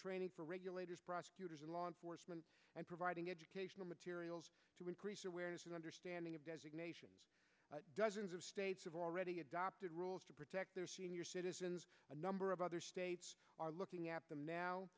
training for regulators prosecutors and law enforcement and providing educational materials to increase awareness and understanding of dozens of states have already adopted rules to protect their citizens a number of other states are looking at them now